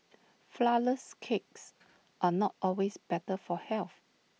Flourless Cakes are not always better for health